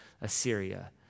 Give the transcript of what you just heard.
Assyria